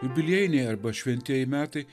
jubiliejiniai arba šventieji metai